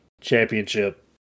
championship